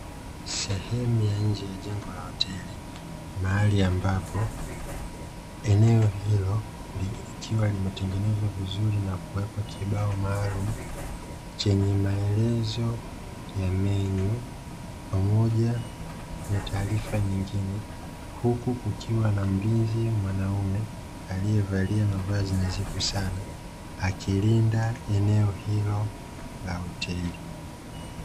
Sehemu ya nje ya jengo la hoteli, mahali ambapo eneo hilo likiwa limetengenezwa vizuri na kuwekwa kibao maalumu, chenye maelezo ya menyu pamoja na taarifa nyingine, huku kukiwa na mlinzi mwanaume aliyevalia mavazi nadhifu sana, akilinda eneo hilo la hoteli.